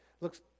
looks